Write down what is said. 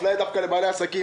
אפליה דווקא לבעלי העסקים.